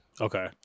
Okay